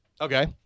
Okay